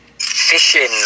fishing